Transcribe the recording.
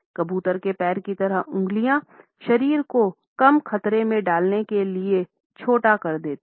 कबूतर के पैर की तरह अंगुली शरीर को कम खतरे में डालने के लिए छोटा कर देती है